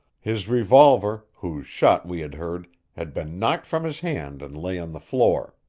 his revolver, whose shot we had heard, had been knocked from his hand and lay on the floor.